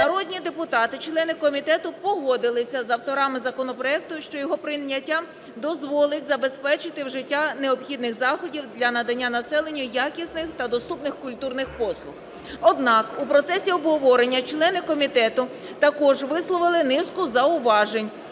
Народні депутати члени комітету погодилися з авторами законопроекту, що його прийняття дозволить забезпечити вжиття необхідних заходів для надання населенню якісних та доступних культурних послуг. Однак у процесі обговорення члени комітету також висловили низку зауважень